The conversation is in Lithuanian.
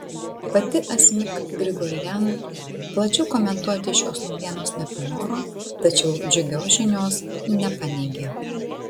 pati asmik grigorian plačiau komentuoti šios naujienos nepanoro tačiau džiugios žinios nepaneigė